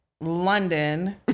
London